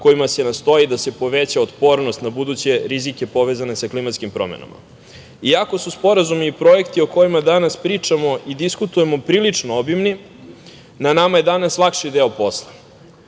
kojima se nastoji da se poveća otpornost na buduće rizike povezane sa klimatskim promenama. Iako su sporazumi i projekti o kojima danas pričamo i diskutujemo prilično obimni, na nama je danas lakši deo posla.